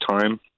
time